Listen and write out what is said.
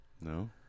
No